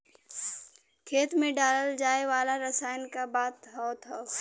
खेत मे डालल जाए वाला रसायन क बात होत हौ